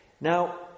Now